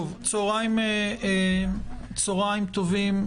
צהרים טובים.